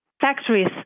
factories